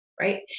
right